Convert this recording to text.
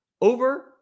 over